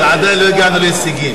אבל עדיין לא הגענו להישגים.